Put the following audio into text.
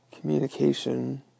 Communication